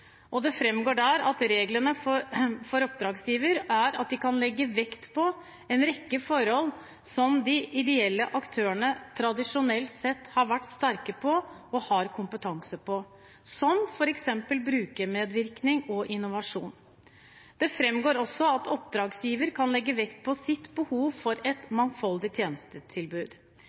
Det framgår av reglene at oppdragsgiver kan legge vekt på en rekke forhold som de ideelle aktørene tradisjonelt sett har vært sterke på og har kompetanse på, som f.eks. brukermedvirkning og innovasjon. Det framgår også at oppdragsgiver kan legge vekt på sitt behov for et mangfoldig tjenestetilbud.